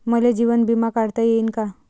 मले जीवन बिमा काढता येईन का?